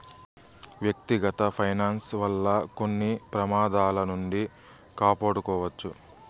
వ్యక్తిగత ఫైనాన్స్ వల్ల కొన్ని ప్రమాదాల నుండి కాపాడుకోవచ్చు